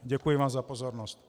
Děkuji vám za pozornost.